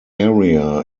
area